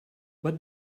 what